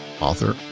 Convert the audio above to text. author